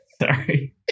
Sorry